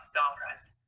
dollarized